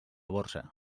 borsa